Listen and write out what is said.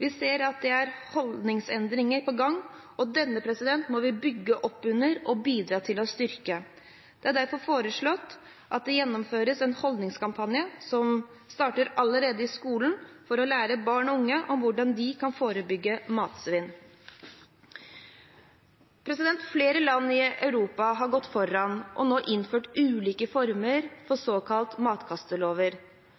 Vi ser at det er holdningsendringer på gang, og dette må vi bygge opp under og bidra til å styrke. Vi har derfor foreslått at det gjennomføres en holdningskampanje som starter allerede i skolen, for å lære barn og unge om hvordan de kan forebygge matsvinn. Flere land i Europa har gått foran og innført ulike former for såkalte matkastelover